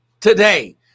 today